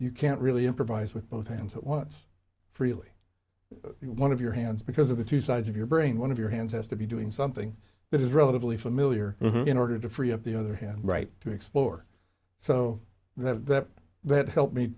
you can't really improvise with both hands what's freely one of your hands because of the two sides of your brain one of your hands has to be doing something that is relatively familiar in order to free up the other hand right to explore so that that helped me